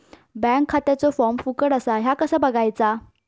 Bank खात्याचो form फुकट असा ह्या कसा बगायचा?